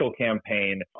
campaign